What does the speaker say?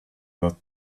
that